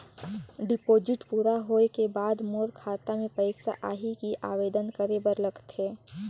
Deposit पूरा होय के बाद मोर खाता मे पइसा आही कि आवेदन करे बर लगथे?